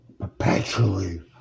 perpetually